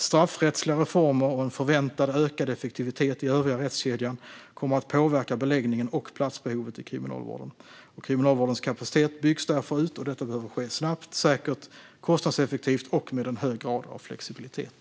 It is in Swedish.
Straffrättsliga reformer och en förväntad ökad effektivitet i övriga rättskedjan kommer att påverka beläggningen och platsbehovet i Kriminalvården. Kriminalvårdens kapacitet byggs därför ut, och detta behöver ske snabbt, säkert, kostnadseffektivt och med en hög grad av flexibilitet.